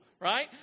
right